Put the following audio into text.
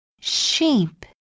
Sheep